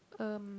um